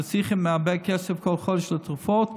שצריכים הרבה כסף כל חודש לתרופות,